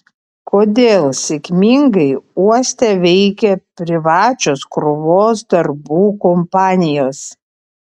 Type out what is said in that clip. kodėl sėkmingai uoste veikia privačios krovos darbų kompanijos